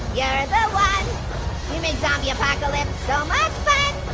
yeah the one you make zombie apocalypse so much fun